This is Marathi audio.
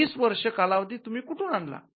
वीस वर्षे कालावधी तुम्ही कुठून आणला